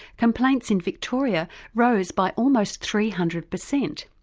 complaints in victoria rose by almost three hundred percent.